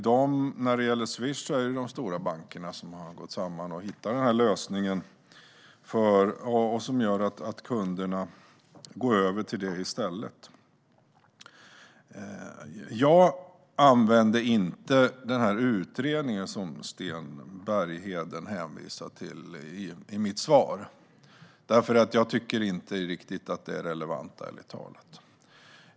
Där är det de stora bankerna som har gått samman och hittat en lösning som kunderna nu går över till. Jag använde i mitt svar inte den utredning som Sten Bergheden hänvisar till, för jag tycker ärligt talat inte att den är riktigt relevant.